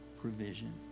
provision